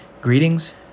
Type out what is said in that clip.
greetings